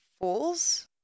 Fools